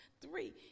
three